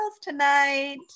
tonight